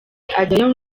ajyayo